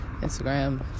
Instagram